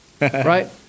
Right